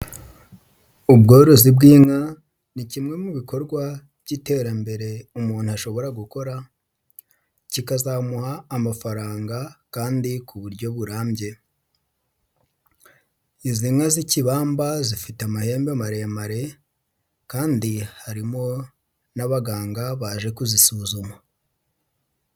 Ubworozi bw'inka ni kimwe mu bikorwa by'iterambere umuntu ahobora gukora kikazamuha amafaranga kandi ku buryo burambye, izi nka z'ikibamba zifite amahembe maremare kandi harimo n'abaganga baje kuzisuzuma.